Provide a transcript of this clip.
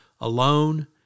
Alone